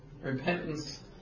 repentance